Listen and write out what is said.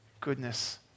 goodness